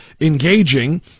engaging